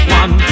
one